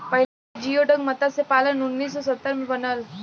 पहिला जियोडक मतस्य पालन उन्नीस सौ सत्तर में बनल